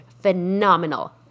phenomenal